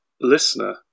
listener